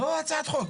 לא הצעת חוק,